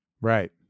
right